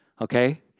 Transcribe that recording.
Okay